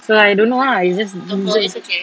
so I don't know ah it's just